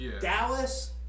Dallas